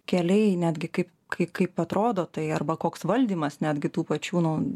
keliai netgi kaip kai kaip atrodo tai arba koks valdymas netgi tų pačių nu